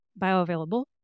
bioavailable